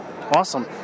Awesome